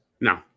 No